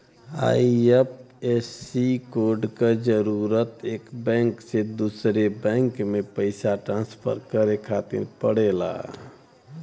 IFSC code क जरूरत एक बैंक से दूसरे बैंक में पइसा ट्रांसफर करे खातिर पड़ला